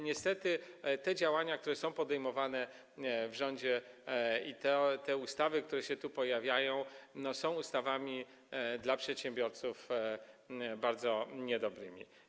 Niestety te działania, które są podejmowane w rządzie, te ustawy, które się tu pojawiają, są ustawami dla przedsiębiorców bardzo niedobrymi.